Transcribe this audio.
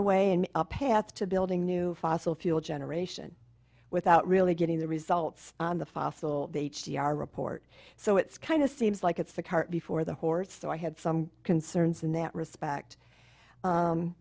the way in a path to building new fossil fuel generation without really getting the results on the fossil h d r report so it's kind of seems like it's the cart before the horse so i had some concerns in that respect